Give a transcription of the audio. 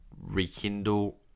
rekindle